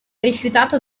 rifiutato